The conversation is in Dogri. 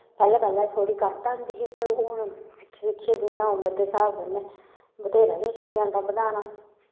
पैह्लें पैह्लें थोह्ड़ी घट्ट आंदी ही ते हून सिक्खी सिक्खियै जि'यां उमर दे स्हाब कन्नै बत्थेरा किश आई जंदा बनाना